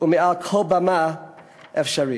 ומעל כל במה אפשרית.